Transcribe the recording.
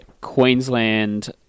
Queensland